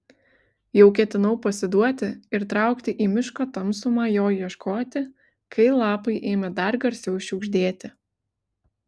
jau ketinau pasiduoti ir traukti į miško tamsumą jo ieškoti kai lapai ėmė dar garsiau šiugždėti